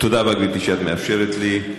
תודה רבה, גברתי, שאת מאפשרת לי.